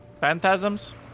Phantasms